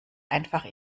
einfach